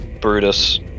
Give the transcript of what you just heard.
Brutus